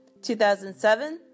2007